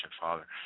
Father